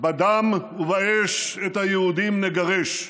"בדם ובאש את היהודים נגרש",